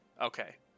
Okay